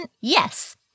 Yes